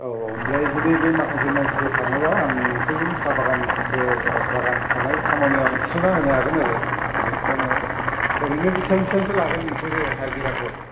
औ औ आमफ्राय जुदि बे माखासे मानसिफोर थाङोब्ला आं नोंसोरखौ साहा बागान बे बागान खानाय खामानिआव आं थिसननानै होनो हागोन आरो गिदिर खोथा नङा ओरैनो बिसिबां बिसिबांथो लागोन नोंसोरो हाजिराखौ